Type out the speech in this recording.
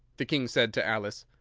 the king said to alice.